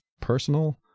personal